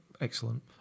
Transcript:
excellent